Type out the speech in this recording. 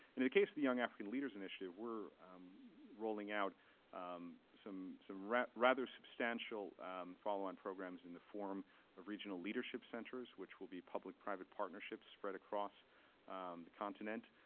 in the the case of the young african leaders initiative, we're rolling out some some rather rather substantial follow-on programs in the form of regional leadership centers, which will be public-private partnerships spread across the continent,